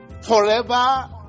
forever